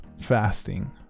fasting